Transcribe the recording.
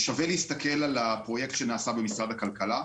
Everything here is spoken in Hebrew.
שווה להסתכל על הפרויקט שנעשה במשרד הכלכלה.